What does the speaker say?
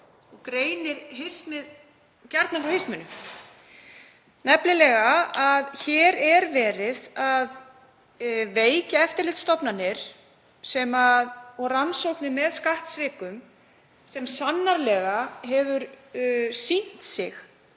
greinir kjarnann frá hisminu, nefnilega að hér er verið að veikja eftirlitsstofnanir sem og rannsóknir á skattsvikum sem sannarlega hefur sýnt sig